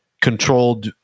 controlled